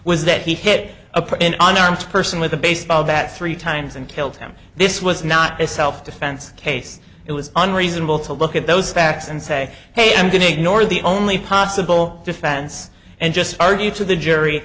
was that he hit a power in an armed person with a baseball bat three times and killed him this was not a self defense case it was unreasonable to look at those facts and say hey i'm going to ignore the only possible defense and just argue to the jury